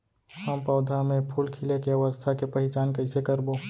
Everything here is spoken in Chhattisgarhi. हम पौधा मे फूल खिले के अवस्था के पहिचान कईसे करबो